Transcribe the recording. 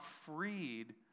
freed